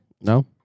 No